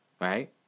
Right